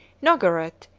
nogaret,